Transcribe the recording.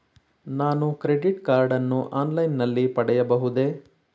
ನಾನು credit card ಅನ್ನು online ನಲ್ಲಿ ಪಡೆಯಬಹುದೇ?